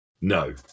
No